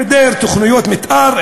היעדר תוכניות מתאר,